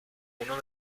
uno